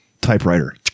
typewriter